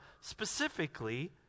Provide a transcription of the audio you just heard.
specifically